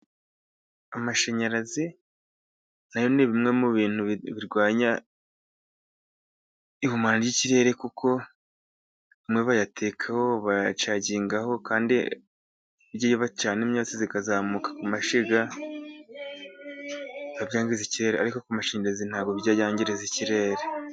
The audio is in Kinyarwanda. Amashanyarazi na yo ni bimwe mu bintu birwanya ihumana ry'ikirere. Kuko Bamwe bayatekaho, bacagigaho kandi biba cyane imyotsi ikazamuka ku mashyiga byangiza ikirere. Ariko ku mashanyarazi nta bijya byangiza ikirere.